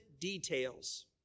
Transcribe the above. details